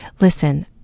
listen